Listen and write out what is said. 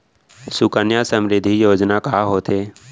सुकन्या समृद्धि योजना का होथे